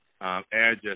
Address